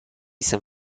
san